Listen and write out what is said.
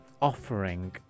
Offering